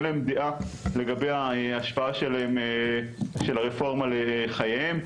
אין להם דעה לגבי ההשפעה של הרפורמה לחייהם,